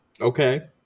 Okay